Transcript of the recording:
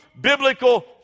biblical